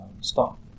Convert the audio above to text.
stop